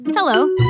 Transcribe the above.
Hello